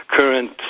current